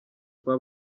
kuba